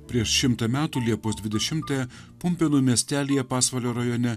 prieš šimtą metų liepos dvidešimtąją pumpėnų miestelyje pasvalio rajone